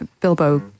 Bilbo